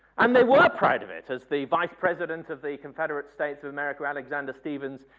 um they were proud of it. as the vice president of the confederate states of america, alexander stevens,